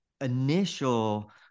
initial